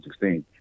2016